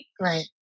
Right